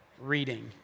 reading